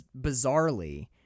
bizarrely